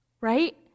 right